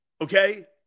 okay